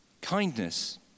Kindness